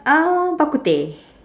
uh bak kut teh